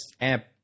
app